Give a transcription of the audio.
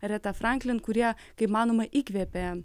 reta franklin kurie kaip manoma įkvėpė